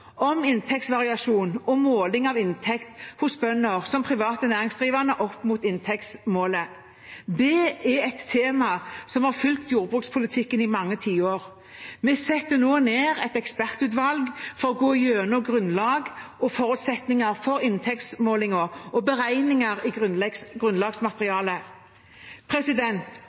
om inntektsvariasjon og måling av inntekt hos bønder som private næringsdrivende opp mot inntektsmålet. Det er et tema som har fulgt jordbrukspolitikken i mange tiår. Vi setter nå ned et ekspertutvalg for å gå igjennom grunnlag og forutsetninger for inntektsmålingen og beregningene i grunnlagsmaterialet.